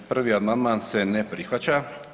Prvi amandman se ne prihvaća.